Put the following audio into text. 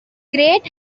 grand